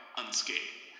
unscathed